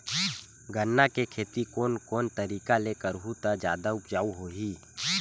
गन्ना के खेती कोन कोन तरीका ले करहु त जादा उपजाऊ होही?